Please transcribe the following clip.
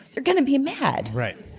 they're going to be mad. right.